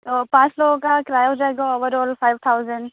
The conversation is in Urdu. اور پانچ لوگوں کا کرایہ ہو جائے گا اوور آل فائیو تھاؤزینڈ